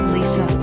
Lisa